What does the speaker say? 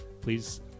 please